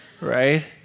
Right